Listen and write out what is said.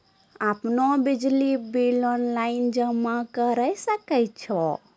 आपनौ बिजली bill online जमा करै सकै छौ?